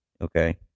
Okay